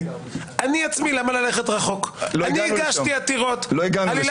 למה ללכת רחוק - הגשתי עתירות על עילת